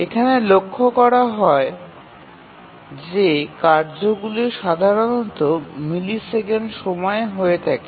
এখানে লক্ষ্য করা যায় যে কার্যগুলি সাধারণত মিলি সেকেন্ড সময়ে হয়ে থাকে